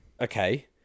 Okay